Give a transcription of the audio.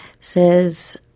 says